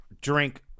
drink